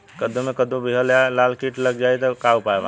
कद्दू मे कद्दू विहल या लाल कीट लग जाइ त का उपाय बा?